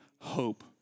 hope